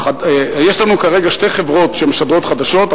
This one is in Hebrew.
יש לנו כרגע שתי חברות שמשדרות חדשות,